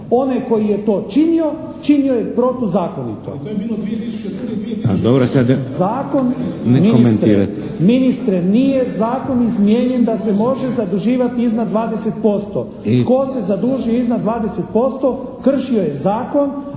Onaj koji je to činio činio je protuzakonito.